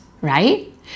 right